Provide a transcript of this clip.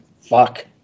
fuck